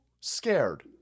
scared